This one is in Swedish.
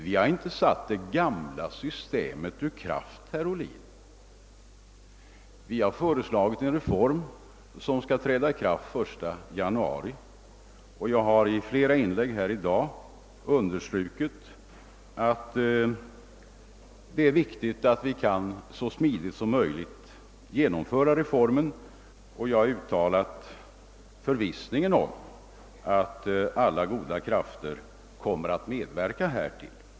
Vi har inte satt det gamla systemet ur kraft, utan vi har föreslagit en reform som skall träda i kraft den 1 januari. Jag har i flera inlägg i dag understrukit att det är angeläget att vi kan genomföra reformen så smidigt som möjligt, och jag har uttalat förvissningen om att alla goda krafter kommer att medverka härtill.